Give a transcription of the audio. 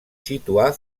situar